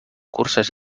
curses